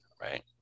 right